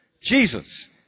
Jesus